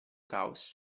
caos